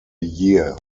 year